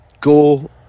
go